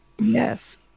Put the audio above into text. Yes